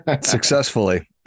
Successfully